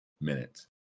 minutes